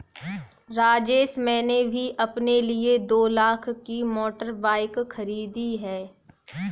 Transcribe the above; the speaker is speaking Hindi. राजेश मैंने भी अपने लिए दो लाख की मोटर बाइक खरीदी है